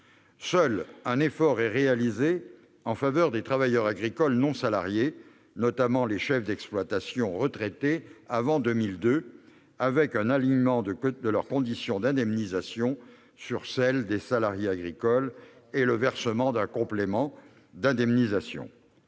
Seul un effort est réalisé en faveur des travailleurs agricoles non-salariés, notamment les chefs d'exploitation retraités avant 2002, avec un alignement de leurs conditions d'indemnisation sur celles des salariés agricoles et le versement d'un complément d'indemnisation.